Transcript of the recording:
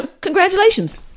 Congratulations